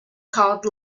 called